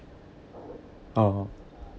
oh